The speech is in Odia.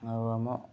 ଆଉ ଆମ